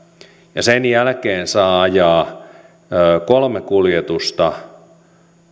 sen jälkeen saa ajaa kolme kuljetusta